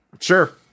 Sure